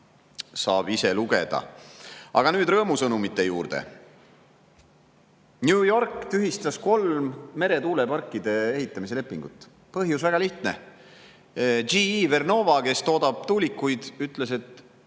saab ise lugeda. Aga nüüd rõõmusõnumite juurde. New York tühistas kolm meretuuleparkide ehitamise lepingut. Põhjus on väga lihtne. GE Vernova, kes toodab tuulikuid, ütles, et